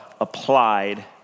applied